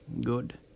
Good